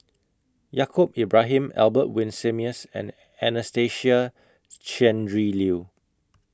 Yaacob Ibrahim Albert Winsemius and Anastasia Tjendri Liew